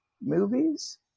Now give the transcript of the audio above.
movies